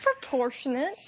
proportionate